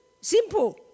Simple